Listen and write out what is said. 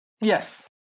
Yes